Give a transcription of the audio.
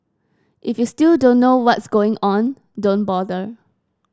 if you still don't know what's going on don't bother